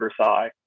Versailles